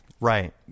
Right